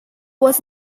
was